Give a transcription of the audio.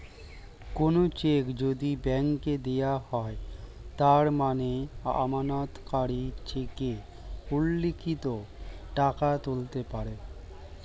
কোনো চেক যদি ব্যাংকে দেওয়া হয় তার মানে আমানতকারী চেকে উল্লিখিত টাকা তুলতে পারে